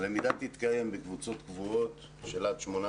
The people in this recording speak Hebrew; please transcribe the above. הלמידה תתקיים בקבוצות קבועות של עד 18